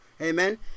Amen